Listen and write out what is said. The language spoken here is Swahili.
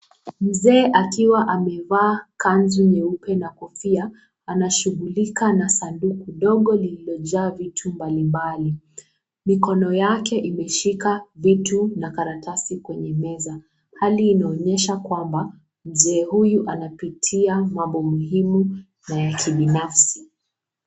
Mzee akiwa amevaa kanzu nyeupe na kofia, anashughulika na sanduku dogo lililojaa vitu mbalimbali. Mkono yake imeshika vitu na karatasi kwenye meza. Hali inaonyesha kwamba mzee huyu anapitia mabo muhimi na ya kibinafsi.